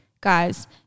guys